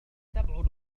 تبعد